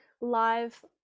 live